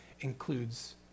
includes